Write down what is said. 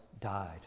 died